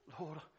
lord